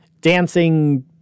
dancing